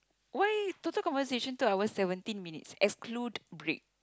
why total conversation two hours seventeen minute exclude break